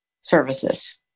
services